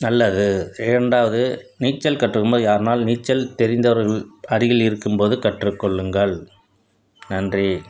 நல்லது இரண்டாவது நீச்சல் கற்றுக்கும்போது யார்னால் நீச்சல் தெரிந்தவர்கள் அருகில் இருக்கும்போது கற்றுக் கொள்ளுங்கள் நன்றி